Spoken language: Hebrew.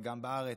וגם בארץ,